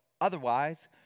Otherwise